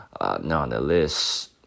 nonetheless